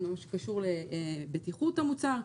כל מה שקשור לבטיחות המוצר,